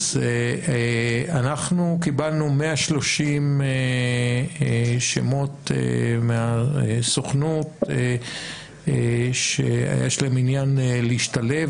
אנחנו קיבלנו 130 שמות מהסוכנות שיש להם עניין להשתלב,